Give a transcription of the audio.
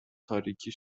تاریکی